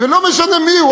ולא משנה מי הוא,